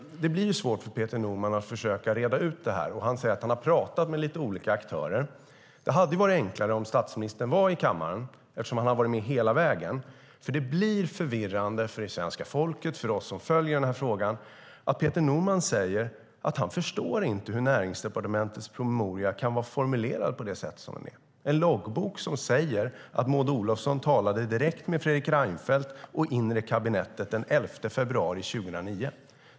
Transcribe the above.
Det blir svårt för Peter Norman att försöka reda ut det här. Han säger att han har talat med lite olika aktörer. Det hade varit enklare om statsministern hade varit i kammaren eftersom han har varit med hela vägen, för det blir förvirrande för svenska folket och för oss som följer den här frågan när Peter Norman säger att han inte förstår hur Näringsdepartementets promemoria kan vara formulerad på det sätt som den är. Loggboken säger att Maud Olofsson talade direkt med Fredrik Reinfeldt och det inre kabinettet den 11 februari 2009.